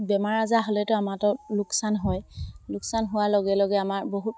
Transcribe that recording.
বেমাৰ আজাৰ হ'লেতো আমাৰতো লোকচান হয় লোকচান হোৱাৰ লগে লগে আমাৰ বহুত